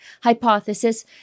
hypothesis